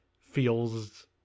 feels